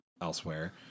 elsewhere